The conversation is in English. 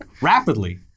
rapidly